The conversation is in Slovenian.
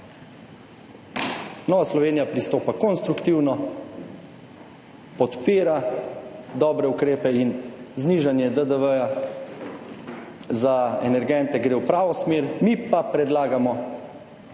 Nova Slovenija pristopa konstruktivno, podpira dobre ukrepe in znižanje DDV za energente gre v pravo smer, mi pa predlagamo,